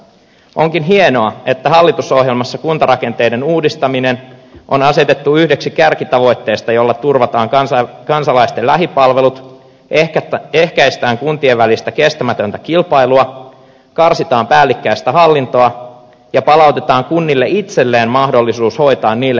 onkin hienoa että hallitusohjelmassa kuntarakenteiden uudistaminen on asetettu yhdeksi kärkitavoitteista jolla turvataan kansalaisten lähipalvelut ehkäistään kuntien välistä kestämätöntä kilpailua karsitaan päällekkäistä hallintoa ja palautetaan kunnille itselleen mahdollisuus hoitaa niille kuuluvat tehtävät